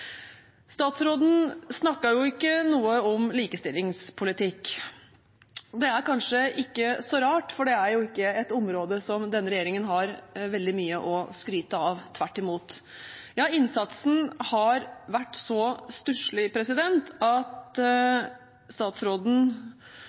Statsråden snakket ikke noe om likestillingspolitikk. Det er kanskje ikke så rart, for det er ikke et område som denne regjeringen har veldig mye å skryte av på – tvert imot. Innsatsen har vært så stusselig at